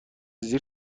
زیر